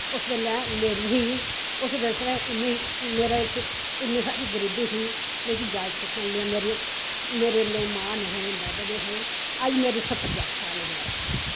उस वेल्लै लेटदी ही उस बिस्तरे इन्नी मेरे च इन्नी सारी गरीबी ही मिगी जांच सिखांदे मेरे नेहीं मां नेहीं बब्ब अज मेरी सत्तर साल उम्र ऐ